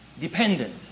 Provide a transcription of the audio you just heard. dependent